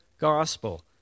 gospel